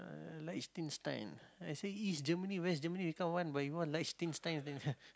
uh Liechtenstein I say East Germany West Germany become one but you want Liechtenstein